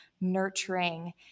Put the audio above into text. nurturing